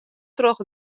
troch